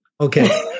Okay